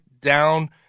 down